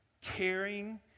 caring